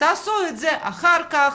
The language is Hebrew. תעשו את זה אחר כך,